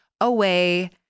away